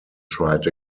tried